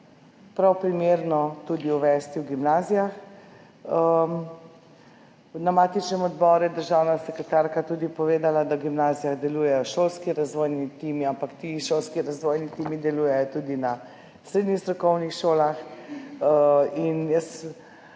prav primerno uvesti tudi na gimnazijah. Na matičnem odboru je državna sekretarka tudi povedala, da na gimnazijah delujejo šolski razvojni timi, ampak ti šolski razvojni timi delujejo tudi na srednjih strokovnih šolah.